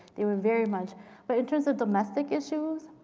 they were very much but in terms of domestic issues,